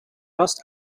vast